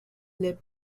les